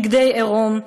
בגדי עירום.